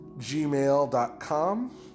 gmail.com